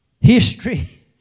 history